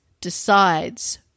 decides